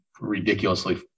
ridiculously